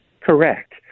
correct